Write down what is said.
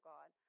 God